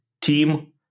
team